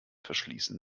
verschließen